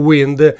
Wind